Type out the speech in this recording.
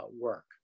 work